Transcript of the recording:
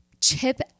chip